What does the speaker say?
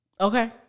okay